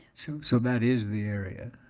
so so that is the area.